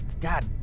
God